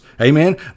Amen